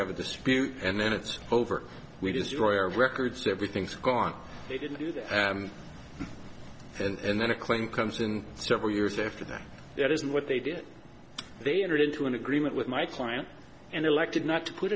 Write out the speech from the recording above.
have a dispute and then it's over we destroy our records everything's gone they didn't do that and then a claim comes and several years after that that isn't what they did they entered into an agreement with my client and elected not to put